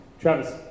Travis